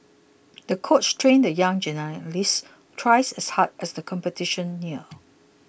the coach trained the young gymnast twice as hard as the competition neared